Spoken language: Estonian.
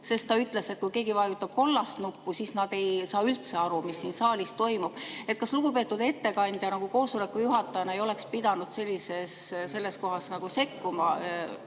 sest ta ütles, et kui keegi vajutab kollast nuppu, siis nad ei saa üldse aru, mis siin saalis toimub. Kas te koosoleku juhatajana ei oleks pidanud sellises kohas sekkuma